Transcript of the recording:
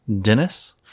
Dennis